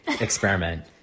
experiment